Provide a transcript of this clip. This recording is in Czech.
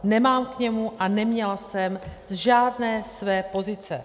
Nemám k němu a neměla jsem z žádné své pozice.